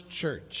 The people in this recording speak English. church